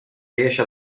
riesce